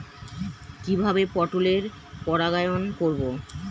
কিভাবে পটলের পরাগায়ন করব?